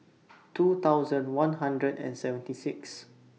two thousand one hundred and seventy Sixth